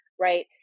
right